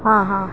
ہاں ہاں